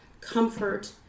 comfort